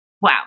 wow